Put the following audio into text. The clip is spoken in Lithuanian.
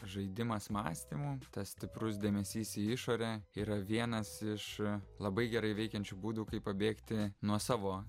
žaidimas mąstymu tas stiprus dėmesys į išorę yra vienas iš labai gerai veikiančių būdų kaip pabėgti nuo savo